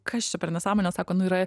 kas čia per nesąmonės sako nu yra